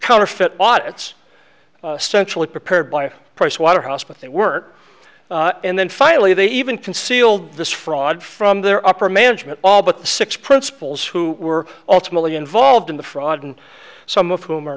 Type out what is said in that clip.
counterfeit audits structurally prepared by pricewaterhouse but they weren't and then finally they even concealed this fraud from their upper management all but the six principals who were ultimately involved in the fraud and some of whom are